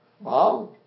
Wow